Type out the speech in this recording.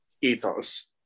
ethos